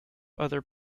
other